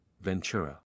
Ventura